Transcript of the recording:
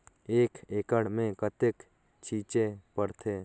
एक एकड़ मे कतेक छीचे पड़थे?